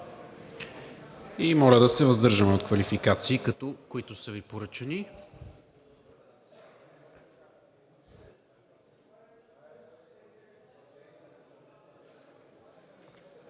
и моля да се въздържаме от квалификации като „които са Ви поръчани“.